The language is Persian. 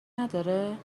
نداره